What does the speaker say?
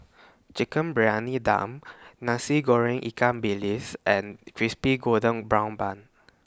Chicken Briyani Dum Nasi Goreng Ikan Bilis and Crispy Golden Brown Bun